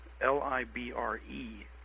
l-i-b-r-e